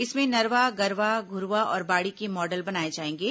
इसमें नरवा गरूवा घुरूवा और बाड़ी के मॉडल बनाए जाएंगे